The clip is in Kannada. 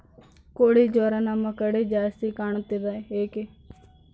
ಕೋಳಿ ಜ್ವರ ನಮ್ಮ ಕಡೆ ಜಾಸ್ತಿ ಕಾಣುತ್ತದೆ ಏಕೆ?